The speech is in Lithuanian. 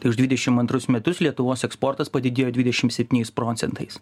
tai už dvidešim antrus metus lietuvos eksportas padidėjo dvidešim septyniais procentais